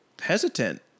hesitant